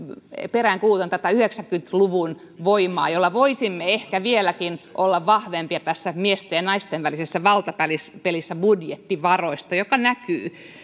peräänkuulutan yhdeksänkymmentä luvun voimaa jolla voisimme ehkä vieläkin olla vahvempia tässä miesten ja naisten välisessä valtapelissä budjettivaroista joka näkyy